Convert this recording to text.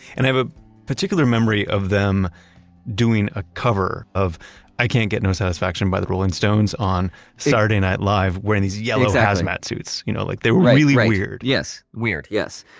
and i have a particular memory of them doing a cover of i can't get no satisfaction by the rolling stones on saturday night live wearing these yellow hazmat suits. you know like, they were really weird yes, weird, yes.